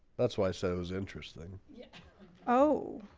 that's why i said was interesting yeah oh